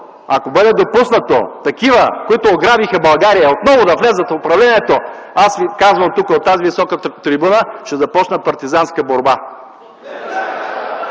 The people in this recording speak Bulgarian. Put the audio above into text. ако бъде допуснато такива, които ограбиха България, отново да влязат в управлението, аз ви казвам тук, от тази висока трибуна – ще започна партизанска борба.